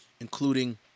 including